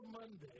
Monday